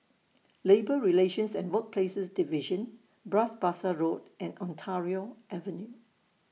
Labour Relations and Workplaces Division Bras Basah Road and Ontario Avenue